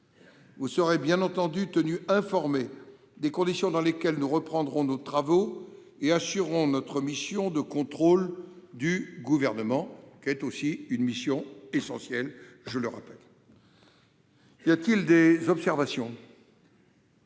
Vous serez bien entendu tenus informés des conditions dans lesquelles nous reprendrons nos travaux et assurerons notre mission de contrôle de l'action du Gouvernement, qui est aussi une mission essentielle. En l'absence d'observations,